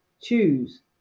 choose